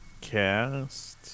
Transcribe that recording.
cast